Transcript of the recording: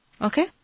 Okay